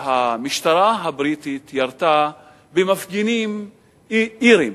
המשטרה הבריטית ירתה במפגינים אירים